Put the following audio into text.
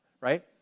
right